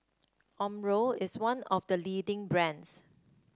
Omron is one of the leading brands